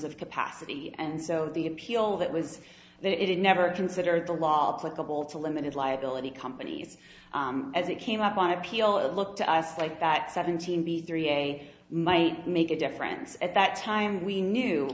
of capacity and so the appeal that was that it never considered the law of clickable to limited liability companies as it came up on appeal it looked to us like that seventeen b three a day might make a difference at that time we knew